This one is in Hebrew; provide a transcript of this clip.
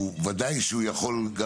וודאי שהוא יכול גם,